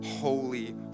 Holy